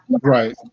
Right